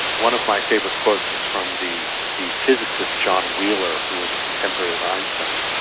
one of my favourite quotes is from the the physicist john wheeler who was a contemporary of einstein's,